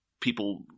people